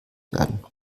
werden